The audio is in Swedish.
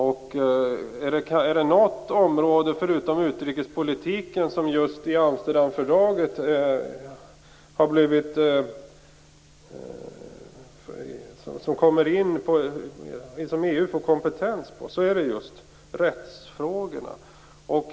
Är det något område, förutom utrikespolitiken, som EU just i Amsterdamfördraget får kompetens på så är det rättsfrågorna.